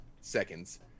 seconds